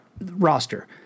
roster